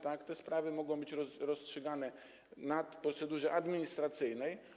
Te sprawy mogą być rozstrzygane w procedurze administracyjnej.